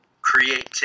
creativity